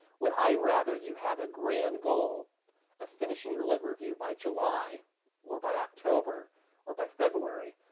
would i rather you have a grand goal of finishing your lit review by july or by october or by february,